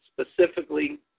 specifically